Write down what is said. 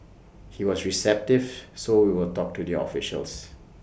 he was receptive so we will talk to the officials